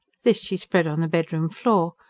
this she spread on the bedroom floor,